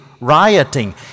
rioting